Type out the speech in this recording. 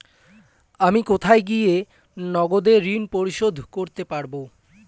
আমি কোথায় গিয়ে নগদে ঋন পরিশোধ করতে পারবো?